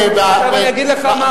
אני אגיד לך, מה?